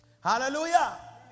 Hallelujah